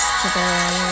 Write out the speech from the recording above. today